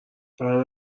برای